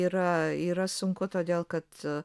yra yra sunku todėl kad